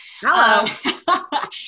Hello